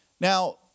Now